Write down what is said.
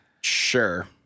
Sure